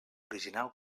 original